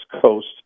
Coast